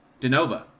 Denova